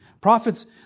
Prophets